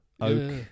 oak